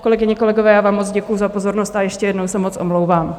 Kolegyně, kolegové, já vám moc děkuju za pozornost a ještě jednou se moc omlouvám.